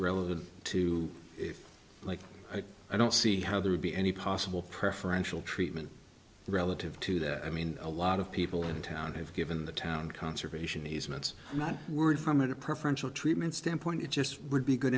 relevant to like i don't see how there would be any possible preferential treatment relative to that i mean a lot of people in town have given the town conservation easements much word from it preferential treatment standpoint it just would be good